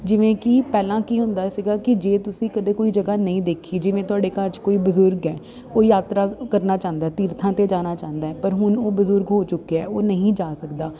ਜਿਵੇਂ ਕਿ ਪਹਿਲਾਂ ਕੀ ਹੁੰਦਾ ਸੀਗਾ ਕਿ ਜੇ ਤੁਸੀਂ ਕਦੇ ਕੋਈ ਜਗ੍ਹਾ ਨਹੀਂ ਦੇਖੀ ਜਿਵੇਂ ਤੁਹਾਡੇ ਘਰ 'ਚ ਕੋਈ ਬਜ਼ੁਰਗ ਹੈ ਉਹ ਯਾਤਰਾ ਕਰਨਾ ਚਾਹੁੰਦਾ ਤੀਰਥਾਂ 'ਤੇ ਜਾਣਾ ਚਾਹੁੰਦਾ ਪਰ ਹੁਣ ਉਹ ਬਜ਼ੁਰਗ ਹੋ ਚੁੱਕਿਆ ਉਹ ਨਹੀਂ ਜਾ ਸਕਦਾ